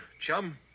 chum